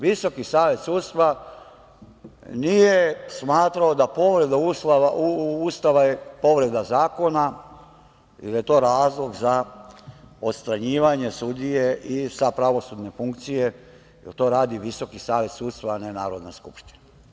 Visoki savet sudstva nije smatrao da je povreda Ustava povreda zakona i da je to razlog za odstranjivanje sudije sa pravosudne funkcije, jer to radi Visoki savet sudstva, a ne Narodna skupština.